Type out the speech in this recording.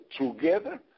Together